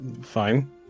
Fine